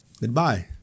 goodbye